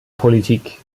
politik